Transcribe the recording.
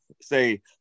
say